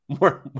more